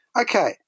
Okay